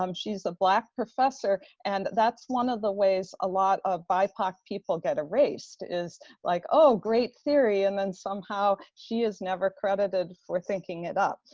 um she's a black professor, and that's one of the ways a lot of bipoc people get erased, is like, oh, great theory! and then somehow she is never credited for thinking it up.